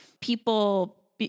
people